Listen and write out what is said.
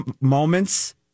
moments